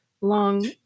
long